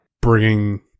bringing